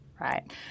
right